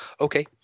Okay